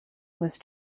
was